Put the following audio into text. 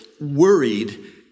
worried